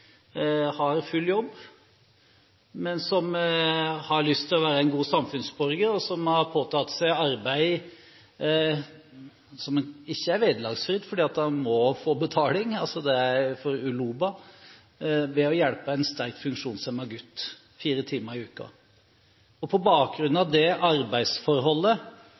har full jobb, men som har lyst til å være en god samfunnsborger. Han har påtatt seg et arbeid som ikke er vederlagsfritt, fordi han må få betaling – det er Uloba han jobber for – ved å hjelpe en sterkt funksjonshemmet gutt fire timer i uken. På bakgrunn av det arbeidsforholdet